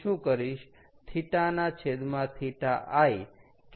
હું શું કરીશ θ ના છેદમાં θi કે